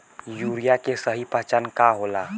Urea के सही पहचान का होला?